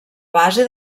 base